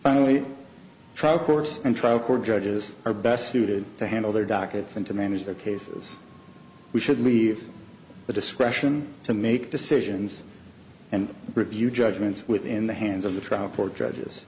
finally trial course and trial court judges are best suited to handle their dockets and to manage their cases we should leave the discretion to make decisions and review judgments within the hands of the trial court judges